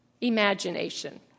Imagination